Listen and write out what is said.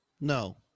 no